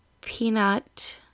peanut